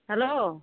hello